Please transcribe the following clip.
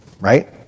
right